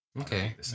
Okay